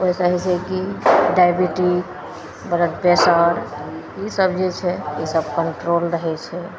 ओहिसे होइ छै कि डाइबिटीज ब्लड प्रेशर ईसब जे छै ईसब कन्ट्रोल रहै छै